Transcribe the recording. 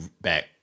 back